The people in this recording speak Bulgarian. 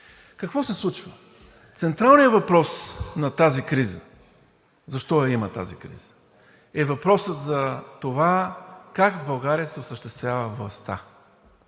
Какво се случва? Централният въпрос на тази криза, защо я има тази криза е въпросът за това как в България се осъществява властта,